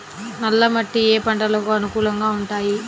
నల్ల మట్టి ఏ ఏ పంటలకు అనుకూలంగా ఉంటాయి?